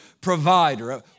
provider